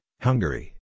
Hungary